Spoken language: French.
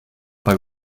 pas